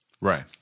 Right